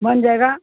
بن جائے گا